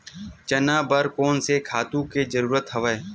चना बर कोन से खातु के जरूरत हवय?